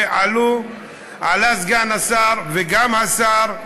ועלו סגן השר וגם השר,